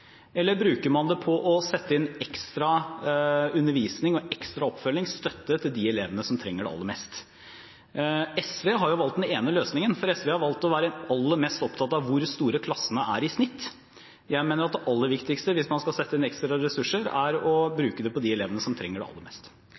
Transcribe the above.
eller bruker man det på å sette inn ekstra undervisning og ekstra oppfølging og støtte til de elevene som trenger det aller mest? SV har valgt den ene løsningen, for SV har valgt å være aller mest opptatt av hvor store klassene er i snitt. Jeg mener at det aller viktigste hvis man skal sette inn ekstra ressurser, er å bruke dem på de elevene som trenger det aller mest.